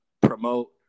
promote